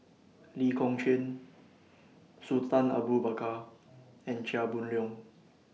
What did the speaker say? Lee Kong Chian Sultan Abu Bakar and Chia Boon Leong